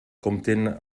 compten